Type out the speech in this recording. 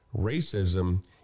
racism